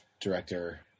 director